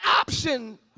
option